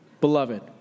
beloved